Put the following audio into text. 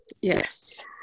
Yes